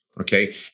Okay